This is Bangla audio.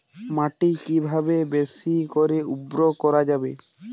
মাটি কিভাবে বেশী করে উর্বর করা যাবে?